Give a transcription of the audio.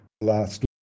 last